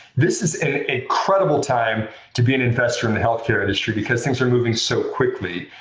this is an incredible time to be an investor in the healthcare industry because things are moving so quickly.